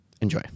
Enjoy